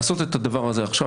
לעשות את הדבר הזה עכשיו,